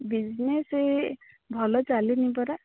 business ଭଲ ଚାଲିନି ପରା